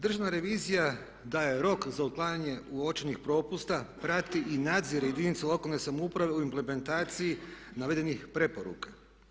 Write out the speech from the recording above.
Državna revizija daje rok za uklanjanje uočenih propusta, prati i nadzire jedinice lokalne samouprave u implementaciji navedenih preporuka.